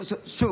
שוב,